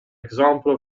example